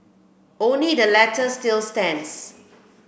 only the latter still stands